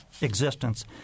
existence